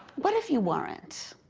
what if you weren't?